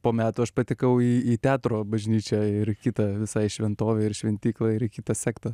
po metų aš patekau į į teatro bažnyčią ir kitą visai šventovę ir šventyklą ir į kitą sektą